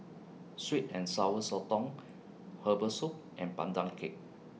Sweet and Sour Sotong Herbal Soup and Pandan Cake